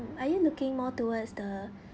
are you looking more towards the